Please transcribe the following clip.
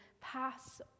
pass